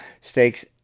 stakes